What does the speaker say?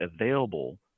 available